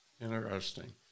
Interesting